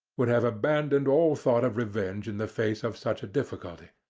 would have abandoned all thought of revenge in the face of such a difficulty,